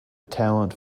talent